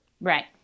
Right